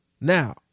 Now